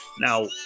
Now